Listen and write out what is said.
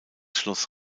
schloss